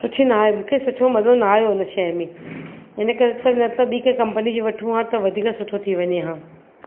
सुठी न आहे मूंखे सुठो मज़ो न आयो इन शइ में इन करे त नत ॿी कहिड़ी कम्पनी जी वठूं हा त वधीक सुठो थी वञे हा